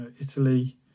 Italy